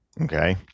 Okay